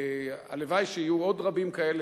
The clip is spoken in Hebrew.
הלוואי שיהיו עוד רבים כאלה.